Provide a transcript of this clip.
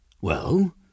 Well